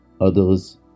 others